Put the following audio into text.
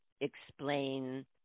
explain